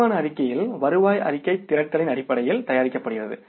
வருமான அறிக்கையில் வருவாய் அறிக்கை திரட்டலின் அடிப்படையில் தயாரிக்கப்படுகிறது